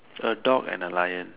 a dog and a lion